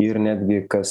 ir netgi kas